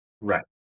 Right